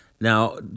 Now